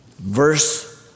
Verse